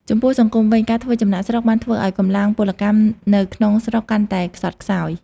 ចំពោះសង្គមវិញ ការធ្វើចំណាកស្រុកបានធ្វើឱ្យកម្លាំងពលកម្មនៅក្នុងស្រុកកាន់តែខ្សត់ខ្សោយ។